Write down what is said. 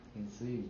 he can swim